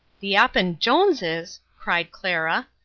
the appin-joneses'! cried clara.